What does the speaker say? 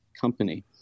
company